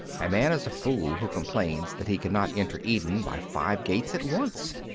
a man is a fool who complains that he cannot enter eden by five gates at once.